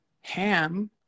Ham